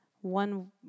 one